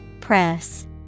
Press